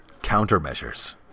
Countermeasures